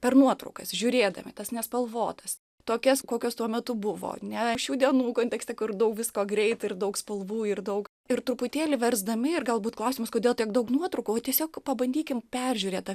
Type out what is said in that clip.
per nuotraukas žiūrėdami tas nespalvotas tokias kokios tuo metu buvo ne šių dienų kontekste kur daug visko greitai ir daug spalvų ir daug ir truputėlį versdami ir galbūt klausimas kodėl tiek daug nuotraukų tiesiog pabandykim peržiūrėt tą